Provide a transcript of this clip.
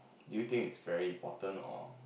do you think it's very important or